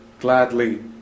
gladly